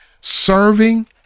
serving